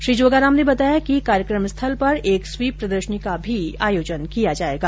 श्री जोगाराम बताया कि कार्यक्रम स्थल पर एक स्वीप प्रदर्शनी का भी आयोजन किया जाएगा